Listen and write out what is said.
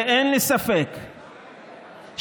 ואין לי ספק שבסוף,